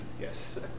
Yes